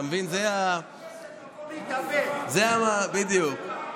אתה מבין, זה, בדיוק.